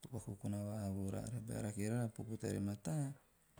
to vakokona vavaha vo raara beara rake rara bea popo teara re mataa.